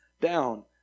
down